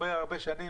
אחרי הרבה הרבה שנים,